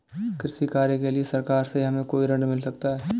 कृषि कार्य के लिए सरकार से हमें कोई ऋण मिल सकता है?